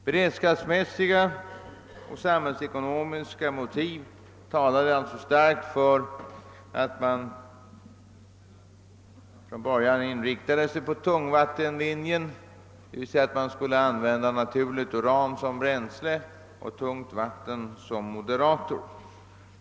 Beredskapsmässiga och samhällsekonomiska motiv talade alltså starkt för att man från början inriktade sig på tungvattenlinjen, d.v.s. att man skulle använda naturligt uran som bränsle och tungvatten som moderator.